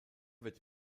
wird